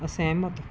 ਅਸਹਿਮਤ